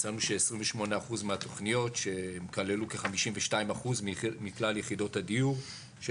מצאנו ש-28% מהתוכניות שכללו כ-52% מכלל יחידות הדיור של